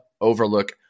overlook